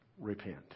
repent